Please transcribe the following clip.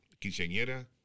quinceañera